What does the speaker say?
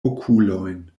okulojn